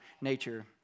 nature